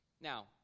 Now